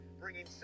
bringing